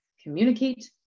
communicate